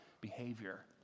behavior